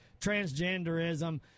transgenderism